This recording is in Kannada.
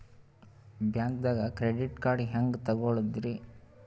ಬ್ಯಾಂಕ್ದಾಗ ಕ್ರೆಡಿಟ್ ಕಾರ್ಡ್ ಹೆಂಗ್ ತಗೊಳದ್ರಿ?